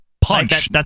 Punch